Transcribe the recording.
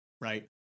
Right